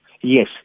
Yes